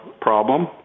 problem